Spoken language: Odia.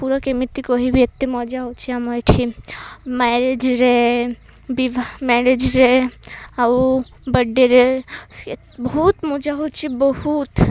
ପୁରା କେମିତି କହିବି ଏତେ ମଜା ହେଉଛି ଆମ ଏଇଠି ମ୍ୟାରେଜ୍ରେ ବିିବାହ ମ୍ୟାରେଜ୍ରେ ଆଉ ବଡ଼େରେ ବହୁତ ମଜା ହେଉଛି ବହୁତ